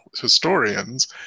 historians